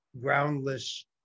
groundless